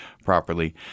properly